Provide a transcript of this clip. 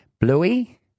Bluey